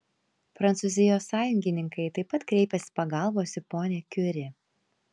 prancūzijos sąjungininkai taip pat kreipiasi pagalbos į ponią kiuri